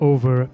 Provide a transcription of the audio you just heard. Over